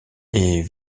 est